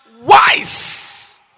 wise